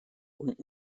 und